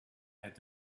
had